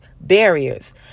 barriers